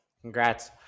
congrats